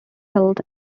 health